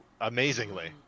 amazingly